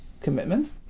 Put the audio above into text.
commitment